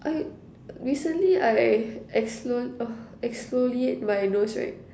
I recently I exfo~ uh exfoliate my nose right